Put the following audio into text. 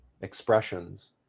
expressions